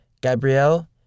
Gabrielle